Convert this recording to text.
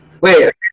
Wait